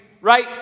right